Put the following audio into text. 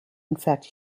infect